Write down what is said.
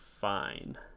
fine